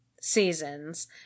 seasons